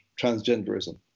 transgenderism